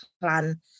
plan